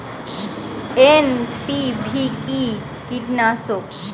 NPV কি কীটনাশক?